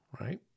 right